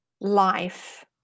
life